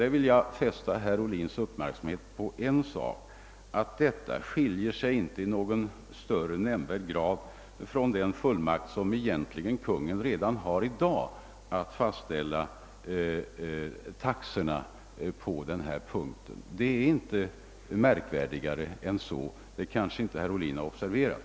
Jag vill fästa herr Ohlins uppmärksamhet på att denna fullmakt inte i någon nämnvärd grad skiljer sig från den fullmakt som Kungl. Maj:t redan i dag har att fastställa taxorna. Det är inte märkvärdigare än så, men det har kanske herr Ohlin inte observerat.